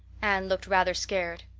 anne looked rather scared.